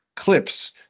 Clips